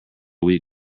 wheat